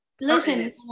listen